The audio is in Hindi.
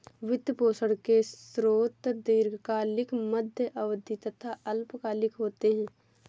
वित्त पोषण के स्रोत दीर्घकालिक, मध्य अवधी तथा अल्पकालिक होते हैं